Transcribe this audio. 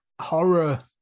horror